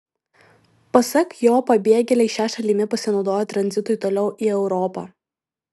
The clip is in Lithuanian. pasak jo pabėgėliai šia šalimi pasinaudoja tranzitui toliau į europą